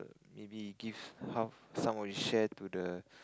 maybe give half some of his share to the